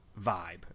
vibe